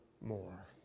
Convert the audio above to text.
more